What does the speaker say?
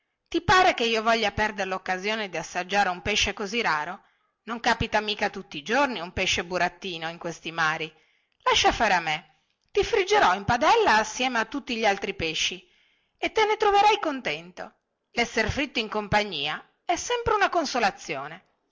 ti pare che io voglia perdere loccasione di assaggiare un pesce così raro non capita mica tutti i giorni un pesce burattino in questi mari lascia fare a me ti friggerò in padella assieme a tutti gli altri pesci e te ne troverai contento lesser fritto in compagnia è sempre una consolazione